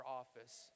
office